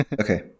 okay